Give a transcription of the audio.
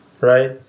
right